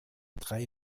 drei